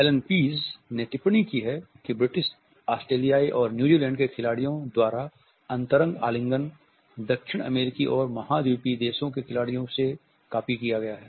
Elon Pease ने टिप्पणी की है कि ब्रिटिश ऑस्ट्रेलियाई और न्यूजीलैंड के खिलाड़ियों द्वारा अंतरंग आलिंगन दक्षिण अमेरिकी और महाद्वीपीय देशों के खिलाड़ियों से कॉपी किया गया है